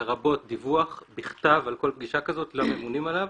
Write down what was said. לרבות דיווח בכתב על כל פגישה שכזו לממונים עליו